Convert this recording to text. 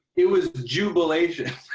it was jubilation.